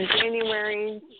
January